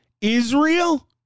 Israel